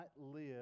live